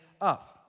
up